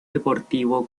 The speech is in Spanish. deportivo